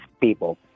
people